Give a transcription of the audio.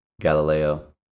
Galileo